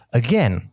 again